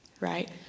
right